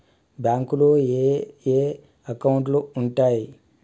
బ్యాంకులో ఏయే అకౌంట్లు ఉంటయ్?